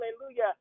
Hallelujah